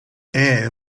air